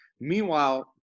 Meanwhile